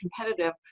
competitive